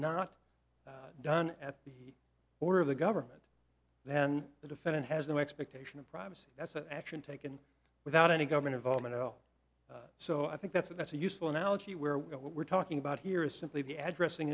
not done at the order of the government then the defendant has no expectation of privacy that's an action taken without any government involvement oh so i think that's a that's a useful analogy where what we're talking about here is simply the address